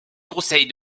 conseille